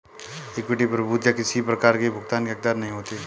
equity प्रभूतियाँ किसी प्रकार की भुगतान की हकदार नहीं होती